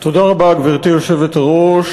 גברתי היושבת-ראש,